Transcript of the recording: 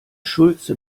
schulze